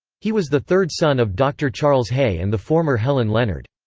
he was the third son of dr. charles hay and the former helen leonard.